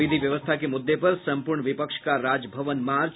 विधि व्यवस्था के मुद्दे पर संपूर्ण विपक्ष का राजभवन मार्च